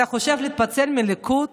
אתה חושב להתפצל מהליכוד?